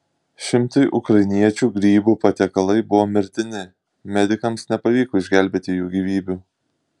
šimtui ukrainiečių grybų patiekalai buvo mirtini medikams nepavyko išgelbėti jų gyvybių